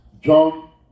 John